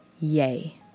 yay